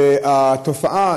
והתופעה,